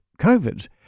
COVID